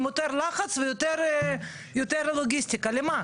עם יותר לחץ ויותר לוגיסטיקה למה?